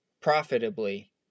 profitably